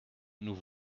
nous